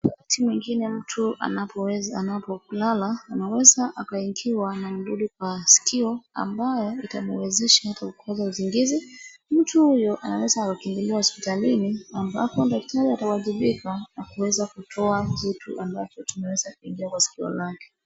Wakati mwingine mtu anapoku lala, anaweza akaingiwa na mdudu kwa sikio ambayo itamwezesha hata kukosa usingizi. Mtu huyo anaweza akakimbilia hospitalini ambapo daktari atawajibika na kuweza kutoa kitu ambacho kimeweza kuingia kwa sikio lake.